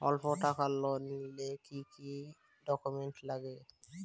অল্প টাকার লোন নিলে কি কি ডকুমেন্ট লাগে?